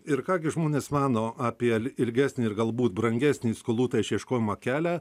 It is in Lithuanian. ir ką gi žmonės mano apie ilgesnį ir galbūt brangesnį skolų tą išieškojimą kelią